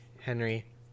Henry